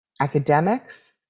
academics